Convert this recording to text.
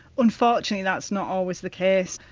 unfortunately, that's not always the case.